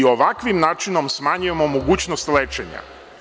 Ovakvim načinom smanjujemo mogućnost lečenja.